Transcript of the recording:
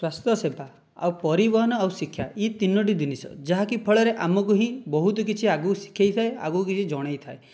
ସ୍ୱାସ୍ଥ୍ୟ ସେବା ଆଉ ପରିବହନ ଆଉ ଶିକ୍ଷା ଏଇ ତିନୋଟି ଜିନିଷ ଯାହାକି ଫଳରେ ଆମକୁ ହିଁ ବହୁତ କିଛି ଆଗକୁ ଶିଖାଇଥାଏ ଆଗକୁ କିଛି ଜଣେଇଥାଏ